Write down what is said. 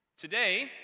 Today